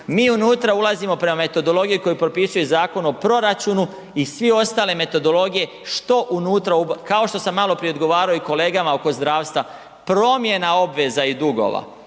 mi unutra ulazimo prema metodologiji koju propisuje Zakon o proračunu i sve ostale metodologije što unutra kao što sam maloprije odgovarao i kolegama oko zdravstva, promjena obveza i dugova.